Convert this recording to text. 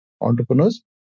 entrepreneurs